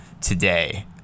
today